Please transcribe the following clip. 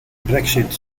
brexit